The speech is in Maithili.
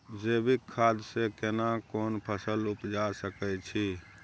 जैविक खाद से केना कोन फसल उपजा सकै छि?